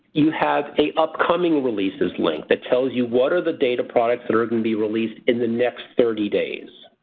you have a upcoming releases link that tells you what are the data products that are going to be released in the next thirty days.